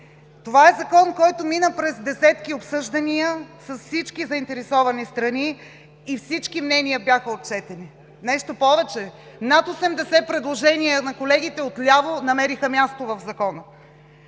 Това е Закон, който мина през десетки обсъждания, с всички заинтересовани страни и всички мнения бяха отчетени. Нещо повече, над 80 предложения на колегите отляво намериха място в Закона.